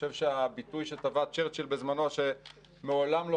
הביטוי שטבע צ'רצ'יל בזמנו שמעולם לא